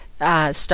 Start